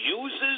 uses